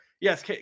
yes